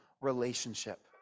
relationship